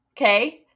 Okay